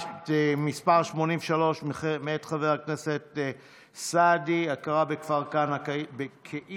מס' 83, מאת חבר הכנסת סעדי, הכרה בכפר כנא כעיר.